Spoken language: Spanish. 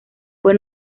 fue